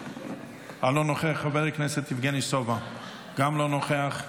לא נוכח, חבר הכנסת יבגני סובה, גם לא נוכח.